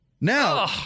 Now